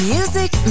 Music